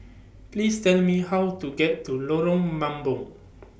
Please Tell Me How to get to Lorong Mambong